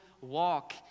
walk